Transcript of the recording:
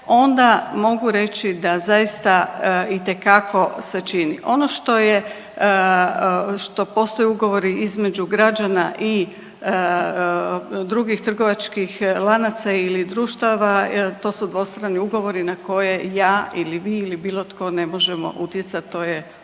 onda mogu reći da zaista itekako se čini. Ono što postoje ugovori između građana i drugih trgovačkih lanaca ili društava to su dvostrani ugovori na koje ja ili vi ili bilo tko ne možemo utjecati, to je